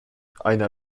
einer